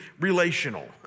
relational